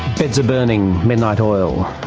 beds are burning, midnight oil,